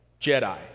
Jedi